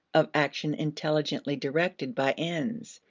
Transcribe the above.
of action intelligently directed by ends.